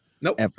Nope